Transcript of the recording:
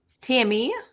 tammy